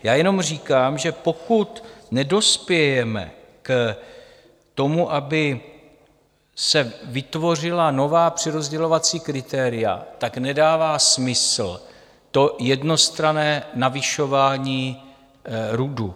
Já jenom říkám, že pokud nedospějeme k tomu, aby se vytvořila nová přerozdělovací kritéria, tak nedává smysl to jednostranné navyšování RUDu.